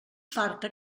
farta